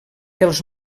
els